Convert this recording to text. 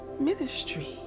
ministry